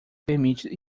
permite